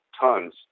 tons